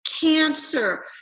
cancer